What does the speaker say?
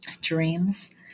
dreams